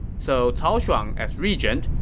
so cao shuang, as regent,